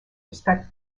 respect